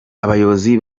abayobozi